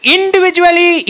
Individually